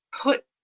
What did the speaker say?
put